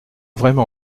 vraiment